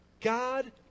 God